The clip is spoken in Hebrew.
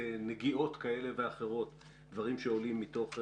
בנגיעות כאלה ואחרות דברים שעולים מתוך הדוח,